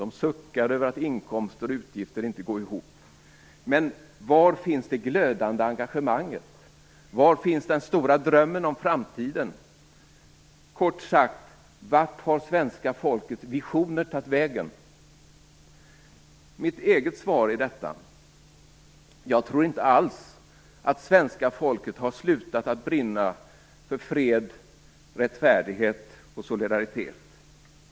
De suckar över att inkomster och utgifter inte går ihop. Men var finns det glödande engagemanget? Var finns den stora drömmen om framtiden? Kort sagt, vart har svenska folkets visioner tagit vägen? Mitt eget svar på detta är att jag inte alls tror att svenska folket har slutat att brinna för fred, rättfärdighet och solidaritet.